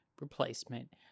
replacement